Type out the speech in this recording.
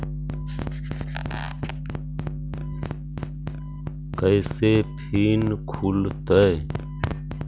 कैसे फिन खुल तय?